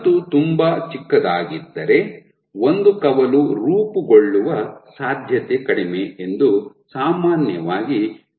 ತಂತು ತುಂಬಾ ಚಿಕ್ಕದಾಗಿದ್ದರೆ ಒಂದು ಕವಲು ರೂಪುಗೊಳ್ಳುವ ಸಾಧ್ಯತೆ ಕಡಿಮೆ ಎಂದು ಸಾಮಾನ್ಯವಾಗಿ ನಿರೀಕ್ಷಿಸುವುದುಂಟು